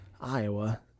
Iowa